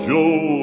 Joe